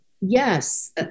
Yes